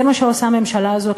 זה מה שעושה הממשלה הזאת,